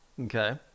Okay